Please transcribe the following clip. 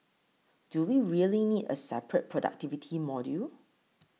do we really need a separate productivity module